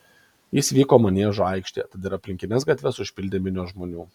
jis vyko maniežo aikštėje tad ir aplinkines gatves užpildė minios žmonių